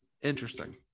interesting